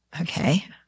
Okay